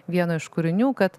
vieno iš kūrinių kad